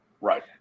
Right